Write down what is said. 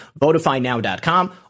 votifynow.com